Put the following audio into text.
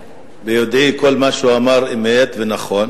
ביודעי שכל מה שהוא אמר אמת ונכון,